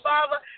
Father